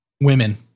Women